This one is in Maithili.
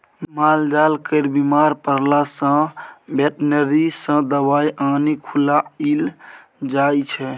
मालजाल केर बीमार परला सँ बेटनरी सँ दबाइ आनि खुआएल जाइ छै